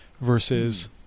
versus